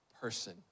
person